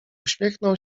uśmiechnął